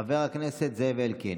חבר הכנסת זאב אלקין,